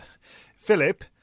Philip